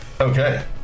Okay